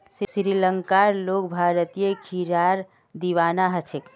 श्रीलंकार लोग भारतीय खीरार दीवाना ह छेक